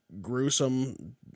gruesome